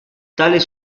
tales